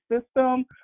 System